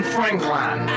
Franklin